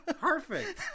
Perfect